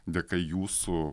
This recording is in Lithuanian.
dėka jūsų